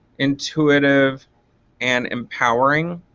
intuitive and empowering.